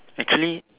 actually